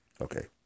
okay